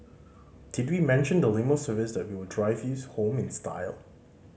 did we mention the limo service that will drive you home in style